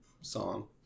song